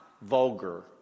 vulgar